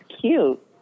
cute